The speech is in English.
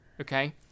okay